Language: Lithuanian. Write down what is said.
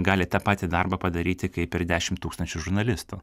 gali tą patį darbą padaryti kaip ir dešim tūkstančių žurnalistų